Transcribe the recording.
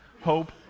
hope